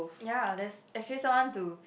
yea that's actually someone to